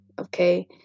okay